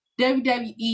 WWE